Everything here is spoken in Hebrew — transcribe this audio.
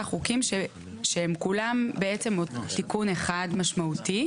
חוקים שהם כולם בעצם תיקון אחד משמעותי.